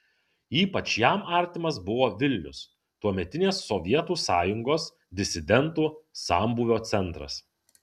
ypač jam artimas buvo vilnius tuometinės sovietų sąjungos disidentų sambūvio centras